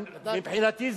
מבחינתי,